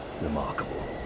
Remarkable